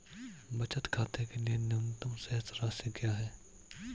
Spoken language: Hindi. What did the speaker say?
बचत खाते के लिए न्यूनतम शेष राशि क्या है?